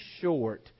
short